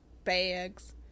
Bags